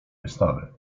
wystawy